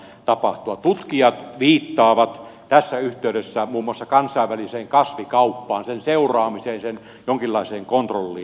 tutkijat viittaavat tässä yhteydessä muun muassa kansainväliseen kasvikauppaan sen seuraamiseen sen jonkinlaiseen kontrolliin